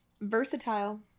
Versatile